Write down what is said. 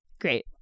great